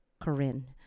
Corinne